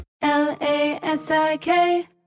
L-A-S-I-K